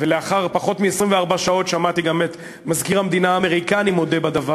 ולאחר פחות מ-24 שעות שמעתי גם את מזכיר המדינה האמריקני מודה בדבר.